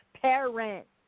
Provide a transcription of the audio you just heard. parents